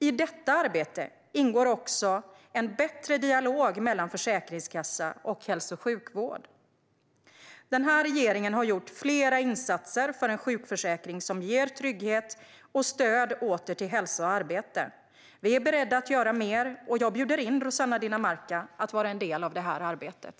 I detta arbete ingår också en bättre dialog mellan Försäkringskassan och hälso och sjukvården. Den här regeringen har gjort flera insatser för att vi ska ha en sjukförsäkring som ger trygghet och stöd åter till hälsa och arbete. Vi är beredda att göra mer, och jag bjuder in Rossana Dinamarca att vara en del av det arbetet.